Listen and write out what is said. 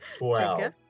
Wow